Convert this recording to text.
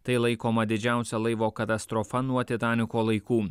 tai laikoma didžiausia laivo katastrofa nuo titaniko laikų